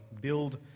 Build